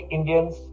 Indians